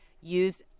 use